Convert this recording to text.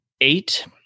eight